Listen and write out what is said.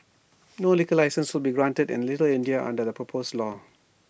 no liquor licences will be granted in little India under the proposed law